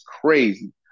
crazy